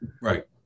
Right